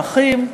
ערכים.